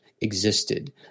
existed